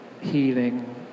healing